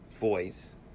voice